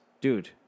Dude